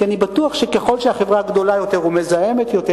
כי אני בטוח שככל שהחברה גדולה יותר ומזהמת יותר